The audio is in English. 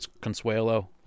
consuelo